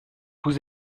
vous